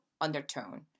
undertone